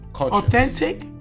authentic